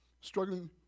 struggling